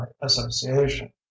association